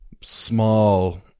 small